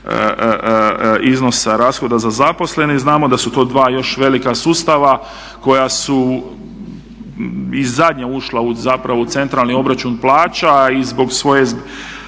iznosa rashoda za zaposlene. Znamo da su to dva još velika sustava koja su i zadnja ušla zapravo u centralni obračun plaća i zbog svoje